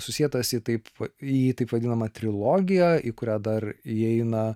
susietas į taip į taip vadinamą trilogiją į kurią dar įeina